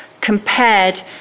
compared